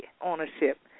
ownership